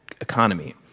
economy